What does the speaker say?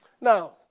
now